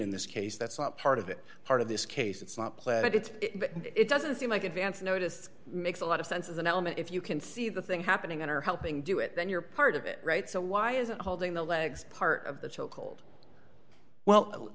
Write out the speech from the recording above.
in this case that's not part of it part of this case it's not pled it's it doesn't seem like advance notice makes a lot of sense as an element if you can see the thing happening or helping do it then you're part of it right so why isn't holding the legs part of the cho